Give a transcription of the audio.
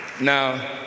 Now